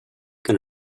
can